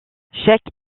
chaque